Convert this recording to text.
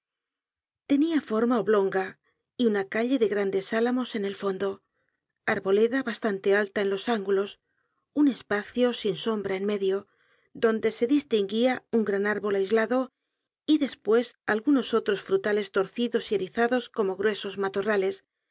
tenia forma oblonga y una calle de grandes álamos en el fondo arboleda bastante alta en los ángulos un espacio sin sombra en medio donde se distinguía un gran árbol aislado y despues algunos otros frutales torcidos y erizados como gruesos matorrales